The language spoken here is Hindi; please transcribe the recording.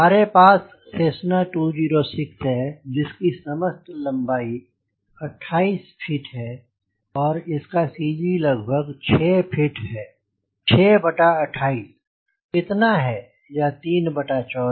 हमारे पास सेस्सना 206 है जिसकी समस्त लंबाई लगभग 28 फीट है और इसका सी जी लगभग 6 फीट है 6 बटा 28 कितना है या 3 बटा 14